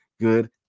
good